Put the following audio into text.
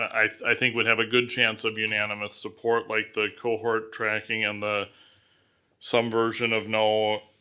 i think would have a good chance of unanimous support, like the cohort tracking and the some version of no